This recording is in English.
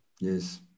Yes